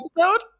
episode